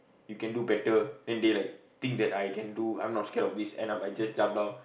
you can do better then they like think that I can do I am not scared of this end up I just jumped down